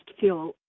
feel